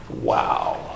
Wow